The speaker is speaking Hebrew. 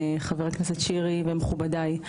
חבר הכנסת שירי ומכובדי,